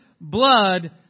blood